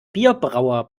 bierbrauer